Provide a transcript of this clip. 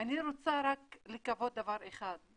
אני רוצה רק לקוות דבר אחד,